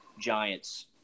Giants